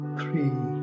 three